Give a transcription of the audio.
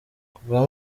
kubwa